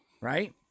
Right